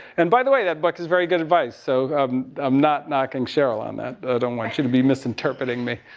and by the way, that book has very good advice, so i'm, i'm not knocking on that. i don't want you to be misinterpreting me.